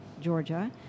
Georgia